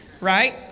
Right